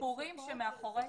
לסיפורים שמאחורי,